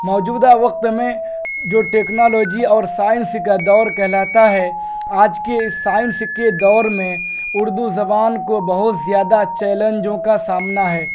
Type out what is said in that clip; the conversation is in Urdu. موجودہ وقت میں جو ٹیکنالوجی اور سائنس کا دور کہلاتا ہے آج کے اس سائنس کے دور میں اردو زبان کو بہت زیادہ چیلنجوں کا سامنا ہے